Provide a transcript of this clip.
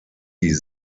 die